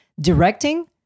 directing